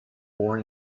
born